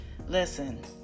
listen